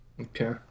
Okay